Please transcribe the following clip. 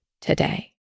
today